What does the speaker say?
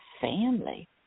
family